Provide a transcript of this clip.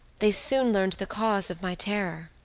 they soon learned the cause of my terror.